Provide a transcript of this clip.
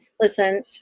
listen